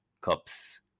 cups